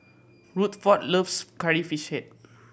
Rutherford loves Curry Fish Head